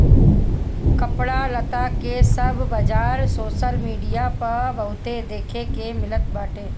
कपड़ा लत्ता के सब बाजार सोशल मीडिया पअ बहुते देखे के मिलत बाटे